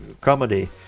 comedy